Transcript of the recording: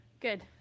good